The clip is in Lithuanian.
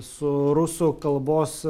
su rusų kalbos